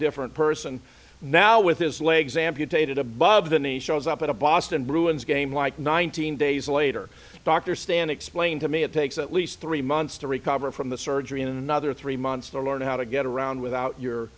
different person now with his legs amputated above the knee shows up at a boston bruins game like nineteen days later dr stan explained to me it takes at least three months to recover from the surgery another three months to learn how to get around without your